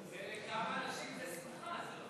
לכמה אנשים זו שמחה, זה לא